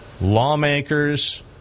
lawmakers